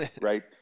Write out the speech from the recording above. right